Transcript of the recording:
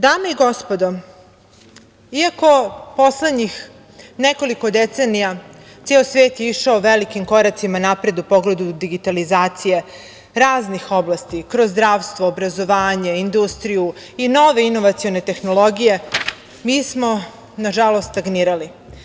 Dame i gospodo, iako poslednjih nekoliko decenija ceo svet je išao velikim koracima napred u pogledu digitalizacije, raznih oblasti, kroz zdravstvo, obrazovanje, industriju i nove inovacione tehnologije, mi smo, nažalost, stagnirali.